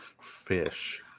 Fish